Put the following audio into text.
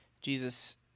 Jesus